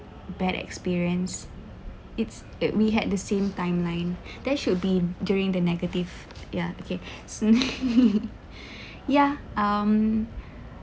bad experience it's it we had the same timeline that should be during the negative ya okay ya um